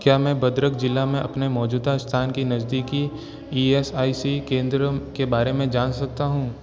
क्या मैं भद्रक ज़िला में अपने मौजूदा स्थान के नज़दीकी ई एस आई सी केंद्र के बारे में जान सकता हूँ